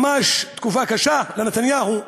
ממש תקופה קשה לנתניהו,